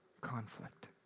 conflict